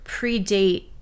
predate